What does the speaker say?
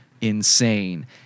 insane